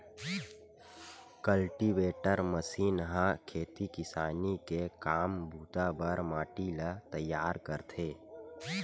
cultivator machine ह खेती किसानी के काम बूता बर माटी ल तइयार करथे